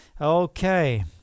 Okay